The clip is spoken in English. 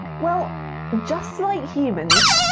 well just like humans,